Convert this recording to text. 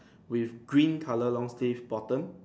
with green color long sleeve bottom